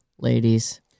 ladies